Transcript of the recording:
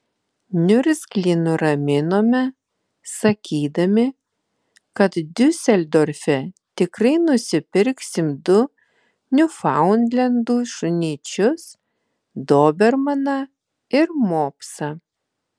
niurgzlį nuraminome sakydami kad diuseldorfe tikrai nusipirksim du niufaundlendų šunyčius dobermaną ir mopsą